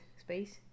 space